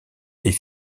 est